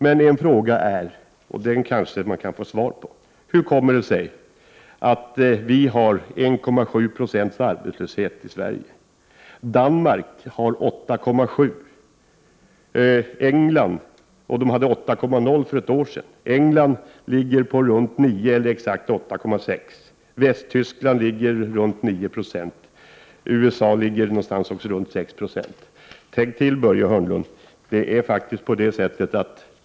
Men en fråga är, och den kanske man kan få svar på, hur kommer det sig att vi har 1,7 96 arbetslöshet i Sverige? Danmark har 8,7 20. England hade 8,0 26 för ett år sedan och ligger i dag på exakt 8,6 20. Västtyskland har ca 9 20, och USA har ca 6 20. Tänk till, Börje Hörnlund!